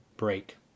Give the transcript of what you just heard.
break